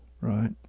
right